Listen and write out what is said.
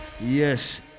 Yes